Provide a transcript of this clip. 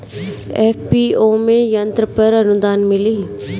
FPO में यंत्र पर आनुदान मिँली?